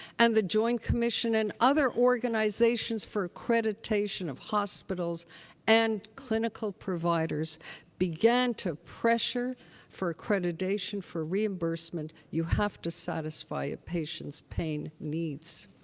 and the joint commission and other organizations for accreditation of hospitals and clinical providers began to pressure for accreditation for reimbursement. you have to satisfy a patient's pain needs.